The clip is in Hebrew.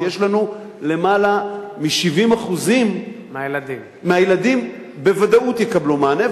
למעלה מ-70% מהילדים בוודאות יקבלו מענה.